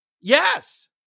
yes